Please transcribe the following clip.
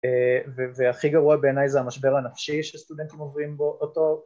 ‫והכי גרוע בעיניי זה המשבר הנפשי ‫שסטודנטים עוברים אותו...